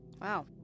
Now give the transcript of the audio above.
Wow